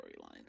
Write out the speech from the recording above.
storyline